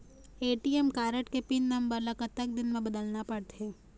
ATM card के pin number ला कतक दिन म बदलना पड़थे?